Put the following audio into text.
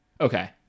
okay